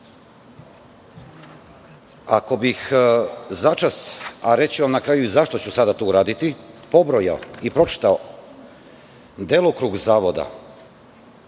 ima. Ako bih začas, a reći ću vam na kraju i zašto ću sada to uraditi, pobrojao i pročitao delokrug radova